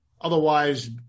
Otherwise